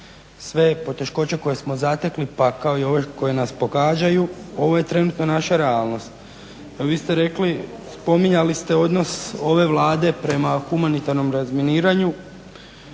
sve poteškoće koje smo zatekli pa kao i ove koje nas pogađaju ovo je trenutno naša realnost. Vi ste rekli, spominjali ste odnos ove Vlade prema humanitarnom razminiranju